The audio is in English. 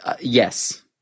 Yes